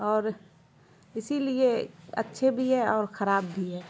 اور اسی لیے اچھے بھی ہے اور خراب بھی ہے